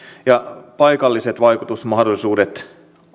ja paikalliset vaikutusmahdollisuudet